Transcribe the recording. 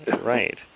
Right